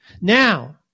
Now